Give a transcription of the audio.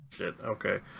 Okay